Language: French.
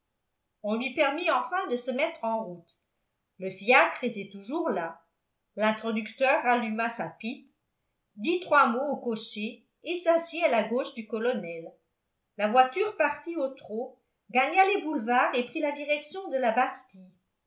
on lui permit enfin de se mettre en route le fiacre était toujours là l'introducteur ralluma sa pipe dit trois mots au cocher et s'assit à la gauche du colonel la voiture partit au trot gagna les boulevards et prit la direction de la bastille